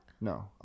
No